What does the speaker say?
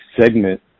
segment